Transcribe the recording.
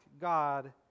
God